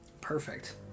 Perfect